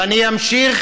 ואני אמשיך